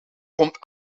komt